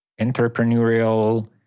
entrepreneurial